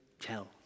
tell